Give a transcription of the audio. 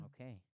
Okay